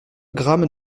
grammes